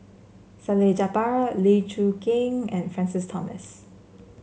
Salleh Japar Lee Choon Kee and Francis Thomas